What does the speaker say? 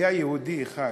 היה שם יהודי אחד